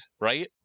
right